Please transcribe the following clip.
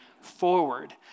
forward